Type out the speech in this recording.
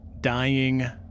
dying